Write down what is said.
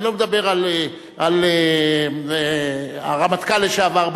אני לא מדבר על הרמטכ"ל לשעבר,